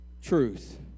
truth